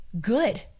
good